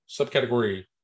subcategory